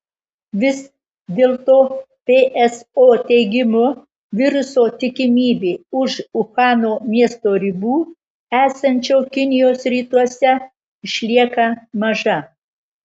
vis dėl to pso teigimu viruso tikimybė už uhano miesto ribų esančio kinijos rytuose išlieka maža